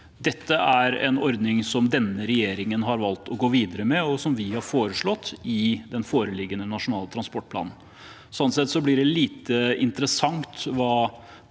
Dette er en ordning denne regjeringen har valgt å gå videre med, og som vi har foreslått i den foreliggende nasjonale transportplanen. Sånn sett blir det lite interessant hva